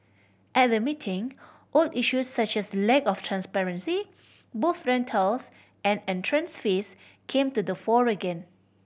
at the meeting old issues such as lack of transparency booth rentals and entrance fees came to the fore again